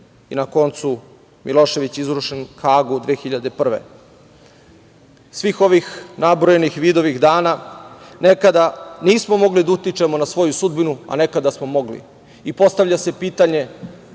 i na koncu, Milošević je izručen Hagu 2001. godine. Svih ovih nabrojanih vidovih dana, nekada nismo mogli da utičemo na svoju sudbinu, a nekada smo mogli i postavlja se pitanje